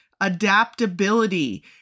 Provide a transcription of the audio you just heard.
adaptability